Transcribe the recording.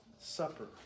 Supper